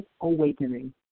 awakening